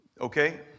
Okay